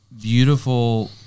beautiful